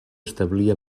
establir